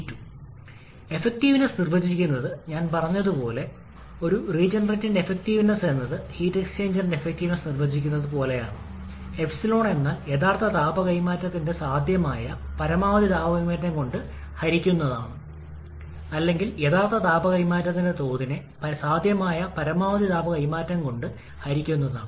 333 അതിനാൽ കംപ്രഷൻ അല്ലെങ്കിൽ ഐസെൻട്രോപിക് പ്രോസസ്സിനായി കംപ്രഷനും വിപുലീകരണവും നിർദ്ദിഷ്ട താപത്തിന്റെ വ്യാപ്തിയും പോളിട്രോപിക് കോഫിഫിഷ്യന്റുകളും വ്യത്യസ്തമാണ് അല്ലെങ്കിൽ പോളിട്രോപിക് സൂചിക നിങ്ങൾ കണക്കുകൂട്ടൽ സമയത്ത് ശ്രദ്ധിക്കേണ്ടതുണ്ട്